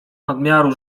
nadmiaru